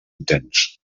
intens